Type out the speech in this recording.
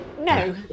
No